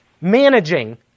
managing